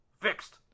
Fixed